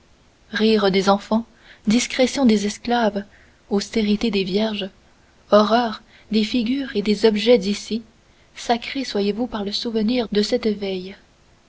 rire des enfants discrétions des esclaves austérité des vierges horreur des figures et des objets d'ici sacrés soyez-vous par le souvenir de cette veille